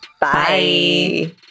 Bye